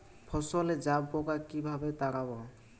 ফসলে জাবপোকা কিভাবে তাড়াব?